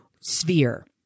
sphere